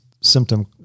symptom